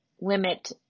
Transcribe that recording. limit